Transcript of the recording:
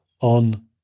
on